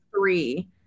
three